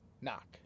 Knock